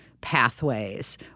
pathways